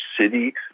city